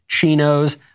chinos